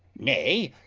nay,